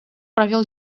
провел